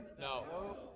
No